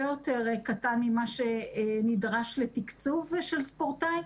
יותר קטן ממה שנדרש לתקצוב של ספורטאי,